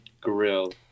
grill